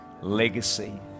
legacy